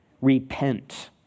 repent